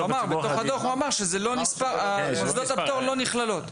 בסוף הציבור החרדי --- בדוח הוא אמר שמוסדות הפטור לא נכללות,